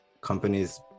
companies